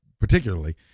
particularly